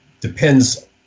depends